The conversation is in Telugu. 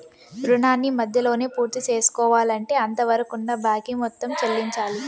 రుణాన్ని మధ్యలోనే పూర్తిసేసుకోవాలంటే అంతవరకున్న బాకీ మొత్తం చెల్లించాలి